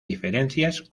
diferencias